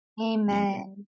Amen